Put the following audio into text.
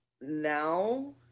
Now